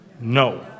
no